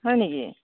হয় নেকি